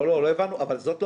לא תהיה